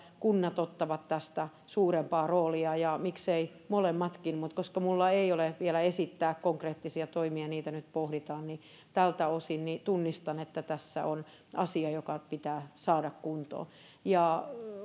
kunnat ottavat tästä suurempaa roolia ja miksei molemmatkin mutta koska minulla ei ole vielä esittää konkreettisia toimia niitä nyt pohditaan niin tältä osin tunnistan että tässä on asia joka pitää saada kuntoon